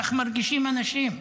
וכך מרגישים האנשים.